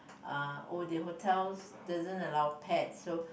uh oh the hotels doesn't allow pets so